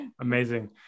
Amazing